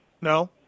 No